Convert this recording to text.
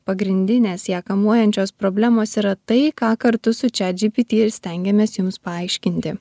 pagrindinės ją kamuojančios problemos yra tai ką kartu su chat gbt ir stengiamės jums paaiškinti